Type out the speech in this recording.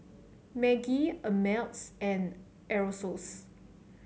Maggi Ameltz and Aerosoles